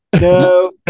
No